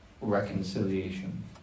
reconciliation